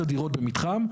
15 דירות במתחם,